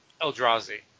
Eldrazi